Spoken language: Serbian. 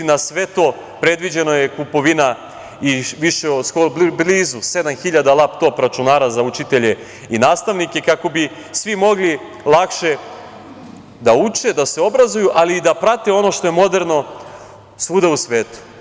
Na sve to, predviđena je i kupovina blizu 7.000 laptop računara za učitelje i nastavnike, kako bi svi mogli lakše da uče, da se obrazuju, ali i da prate ono što je moderno svuda u svetu.